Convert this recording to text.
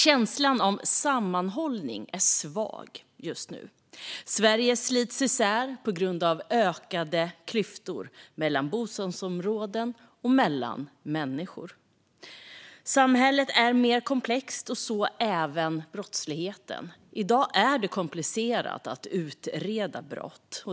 Känslan av sammanhållning är svag just nu - Sverige slits isär på grund av ökade klyftor mellan bostadsområden och mellan människor. Samhället är mer komplext, och så även brottsligheten. I dag är det komplicerat att utreda brott.